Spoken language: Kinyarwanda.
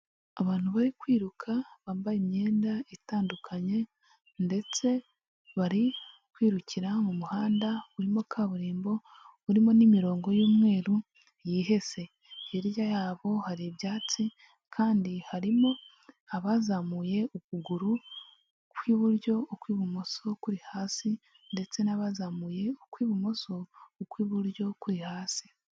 Abantu bari kwiruka bambaye imyenda itandukanye ndetse bari kwirukira mu muhanda urimo kaburimbo, urimo n'imirongo y'umweru yihese, hirya yabo hari ibyatsi kandi harimo abazamuye ukuguru kw'iburyo, ukw'ibumoso kuri hasi ndetse n'abazamuye ukw'ibumoso ukw'iburyo kuri hasi.